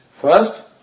first